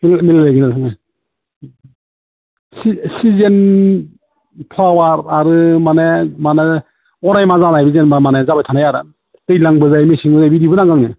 मिलायो आरो बिदिनो सिजोननि फ्लावार आरो माने मा होनो अरायमा जानाय जेनेबा जाबाय थानाय आरो दैज्लांबो जायो मेसेंबो जायो बिदिबो नांगौ आंनो